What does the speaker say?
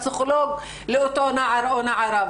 הפסיכולוג לאותו נער או נערה,